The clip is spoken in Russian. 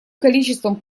количеством